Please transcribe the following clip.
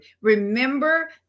Remember